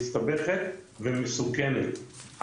מסתבכת ומסוכנת,